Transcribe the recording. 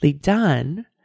done